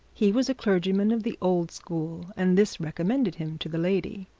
he was a clergyman of the old school, and this recommended him to the lady.